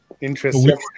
Interesting